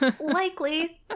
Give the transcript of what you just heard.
Likely